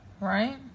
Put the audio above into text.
right